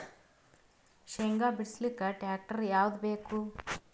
ಶೇಂಗಾ ಬಿಡಸಲಕ್ಕ ಟ್ಟ್ರ್ಯಾಕ್ಟರ್ ಯಾವದ ಬೇಕು?